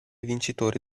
vincitori